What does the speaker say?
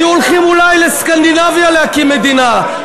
היו הולכים אולי לסקנדינביה להקים מדינה.